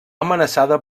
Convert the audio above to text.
amenaçada